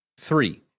three